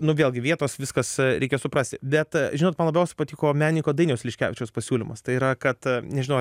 nu vėlgi vietos viskas reikia suprasti bet žinot man labiausiai patiko menininko dainiaus liškevičiaus pasiūlymas tai yra kad nežinau